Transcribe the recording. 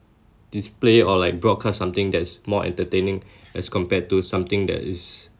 display or like broadcast something that is more entertaining as compared to something that is